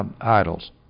idols